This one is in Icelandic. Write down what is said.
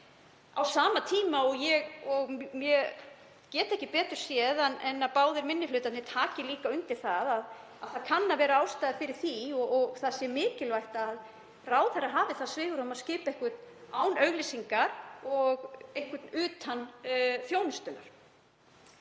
Á sama tíma get ég ekki betur séð en að báðir minni hlutarnir taki líka undir að það kunni að vera ástæða fyrir því og mikilvægt að ráðherra hafi það svigrúm að skipa einhvern án auglýsingar og einhvern utan þjónustunnar.